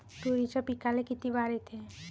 तुरीच्या पिकाले किती बार येते?